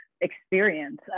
experience